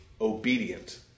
obedient